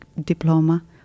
diploma